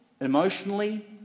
emotionally